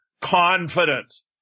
confidence